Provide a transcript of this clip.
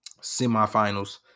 semifinals